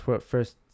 first